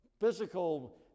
Physical